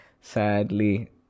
Sadly